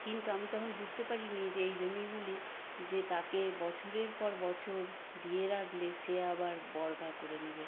কিন্তু আমি তখন বুঝতে পারি নি যে এই জমিগুলি যে তাকে বছরের পর বছর দিয়ে রাখলে সে আবার বর্গা করে নেবে